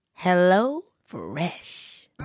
HelloFresh